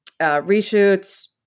reshoots